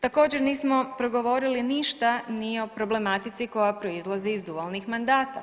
Također nismo progovorili ništa ni o problematici koja proizlazi iz dualnih mandata.